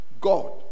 God